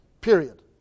Period